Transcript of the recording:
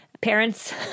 parents